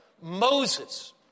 Moses